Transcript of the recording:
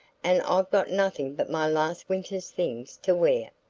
and i've got nothing but my last winter's things to wear.